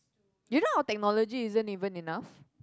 do you know our technology isn't even enough